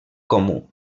comú